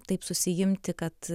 taip susiimti kad